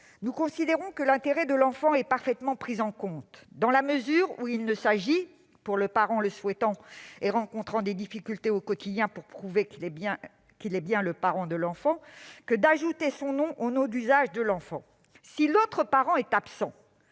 nous considérons que l'intérêt de l'enfant est parfaitement pris en compte dans la mesure où le texte vise simplement à donner au parent qui le souhaite, et qui rencontre des difficultés au quotidien pour prouver qu'il est bien le parent de son enfant, la possibilité d'ajouter son nom au nom d'usage de l'enfant. Si l'autre parent est absent